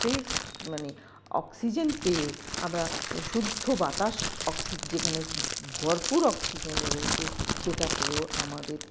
fresh মানে oxygen পেয়ে আমরা শুদ্ধ বাতাস যেখানে ভরপুর অক্সিজেন রয়েছে সেটা পেয়েও আমাদের